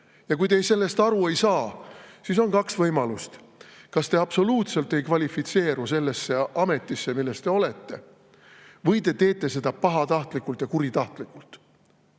Ja kui te sellest aru ei saa, siis on kaks võimalust: te kas absoluutselt ei kvalifitseeru sellesse ametisse, milles te olete, või teete seda pahatahtlikult ja kuritahtlikult.